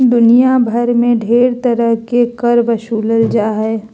दुनिया भर मे ढेर तरह के कर बसूलल जा हय